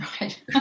Right